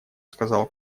сказал